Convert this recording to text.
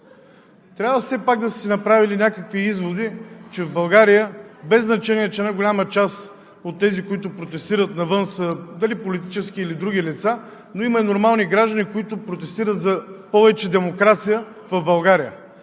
трябва все пак да са си направили някакви изводи без значение, че една голяма част от тези, които протестират навън, са политически или други лица, но има и нормални граждани, които протестират за повече демокрация в България.